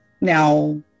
now